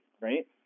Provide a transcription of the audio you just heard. right